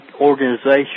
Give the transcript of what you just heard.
organization